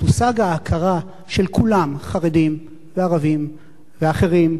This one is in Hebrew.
תושג ההכרה של כולם, חרדים וערבים ואחרים,